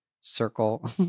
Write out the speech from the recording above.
circle